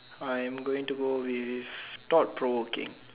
I'm going to go with thought provoking